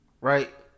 Right